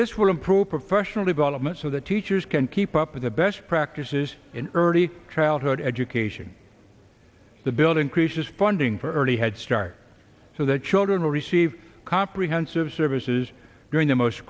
this will improve professional development so that teachers can keep up with the best practices in early childhood education to build increases funding for early head start so that children receive comprehensive services during the most